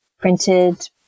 printed